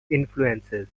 influences